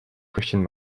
christian